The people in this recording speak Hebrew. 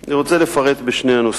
אני רוצה לפרט בשני הנושאים.